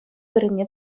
вырӑнне